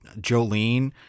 Jolene